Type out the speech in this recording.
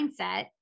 mindset